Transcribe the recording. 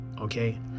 okay